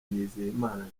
nizeyimana